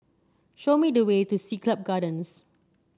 show me the way to Siglap Gardens